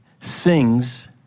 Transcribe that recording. sings